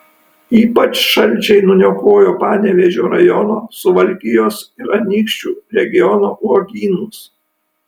ypač šalčiai nuniokojo panevėžio rajono suvalkijos ir anykščių regiono uogynus